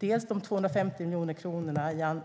Vi har 250 miljoner kronor